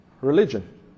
Religion